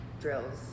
drills